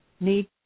need